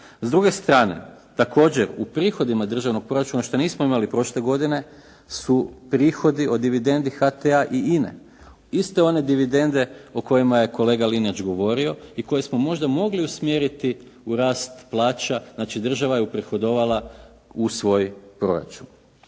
S druge strane, također u prihodima državnog proračuna, što nismo imali prošle godine su prihodi od dividendi HT-a i INA-e. Iste one dividende o kojima je kolega Linić govorio i koje smo možda mogli usmjeriti u rast plaća, znači država je uprihodovala u svoj proračun.